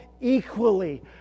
equally